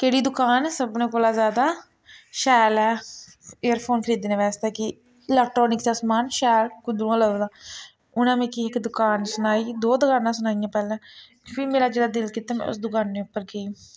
केह्ड़ी दुकान सभनें कोला ज्यादा शैल ऐ एयरफोन खरीदने बास्तै कि इलैक्ट्रानिक दा समान शैल कुद्धरूं लभदा उ'नें मिकी इक दकान सनाई ही दो दकानां सनाइयां पैह्लें फ्ही मेरा जित्थें दिल कीता में उस दकानै उप्पर गेई